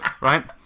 right